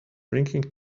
drinking